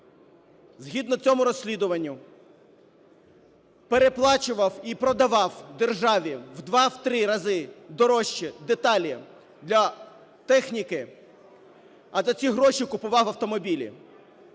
згідно цьому розслідуванню переплачував і продавав державі в 2, в 3 рази дорожче деталі для техніки, а за ці гроші купував автомобілі,